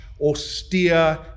austere